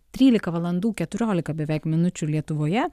trylika valandų keturiolika beveik minučių lietuvoje